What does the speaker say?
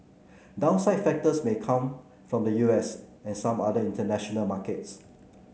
downside factors may come from the U S and some other international markets